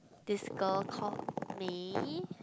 this girl called Mei